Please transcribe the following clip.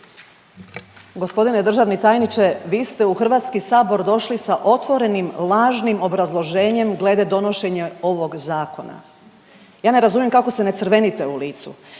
Gospodine državni tajniče, vi ste u HS došli sa otvorenim lažnim obrazloženjem glede donošenja ovog zakona. Ja ne razumijem kako se ne crvenite u licu